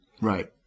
Right